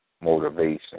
motivation